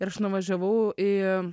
ir aš nuvažiavau į